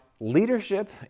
leadership